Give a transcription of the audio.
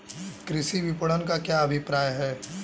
कृषि विपणन का क्या अभिप्राय है?